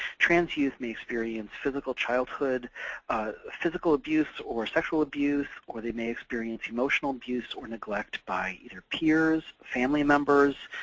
trans youth may experience physical childhood physical abuse or sexual abuse, or they may experience emotional abuse or neglect by either peers, family members,